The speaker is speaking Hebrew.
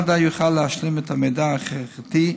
מד"א יוכל להשלים את המידע ההכרחי,